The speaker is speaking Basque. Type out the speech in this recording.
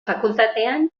fakultatean